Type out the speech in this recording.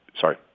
sorry